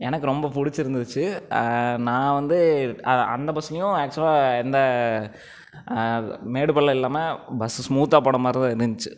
எனக்கு ரொம்ப பிடிச்சிருந்துச்சு நான் வந்து அந்த பஸ்லேயும் ஆக்சுவலாக எந்த மேடு பள்ளம் இல்லாமல் பஸ் ஸ்மூத்தாக போன மாதிரி தான் இருந்துச்சு